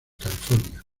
california